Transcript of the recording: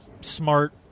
smart